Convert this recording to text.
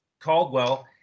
Caldwell